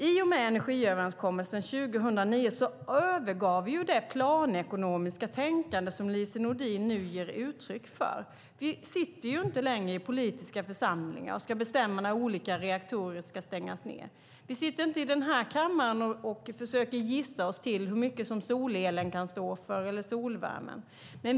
I och med energiöverenskommelsen 2009 övergav vi det planekonomiska tänkande som Lise Nordin nu ger uttryck för. Vi sitter ju inte längre i politiska församlingar och ska bestämma när olika reaktorer ska stängas ned. Vi sitter inte i denna kammare och försöker gissa oss till hur mycket solelen eller solvärmen kan stå för.